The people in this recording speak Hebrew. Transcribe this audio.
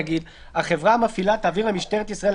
נגיד: "החברה המפעילה תעביר למשטרת ישראל,